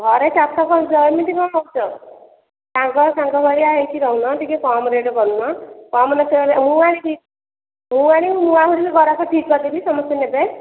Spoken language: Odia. ଘରେ ଚାଷ କରୁଛ ଆଉ ଏମିତି କଣ ହେଉଛ ସାଙ୍ଗରେ ସାଙ୍ଗ ଭଳିଆ ହେଇକି ରହୁନ ଟିକେ କମ ରେଟ୍ କରୁନ କମ ମୋତେ ହେଲେ ମୁଁ ଆଣିବି ମୁଁ ଆଣିବି ମୁଁ ଆହୁରି ଗରାଖ ଠିକ୍ କରି ଦେବି ସମସ୍ତେ ନେବେ